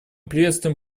приветствуем